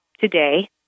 Today